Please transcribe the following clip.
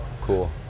Cool